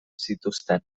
zituzten